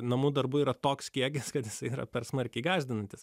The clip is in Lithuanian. namų darbų yra toks kiekis kad jis yra per smarkiai gąsdinantis